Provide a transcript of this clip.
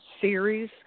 series